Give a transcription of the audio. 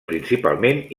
principalment